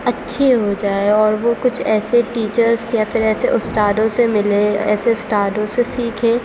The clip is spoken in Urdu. اچھی ہو جائے اور وہ کچھ ایسے ٹیچرس یا پھر ایسے استادوں سے ملے ایسے استادوں سے سیکھے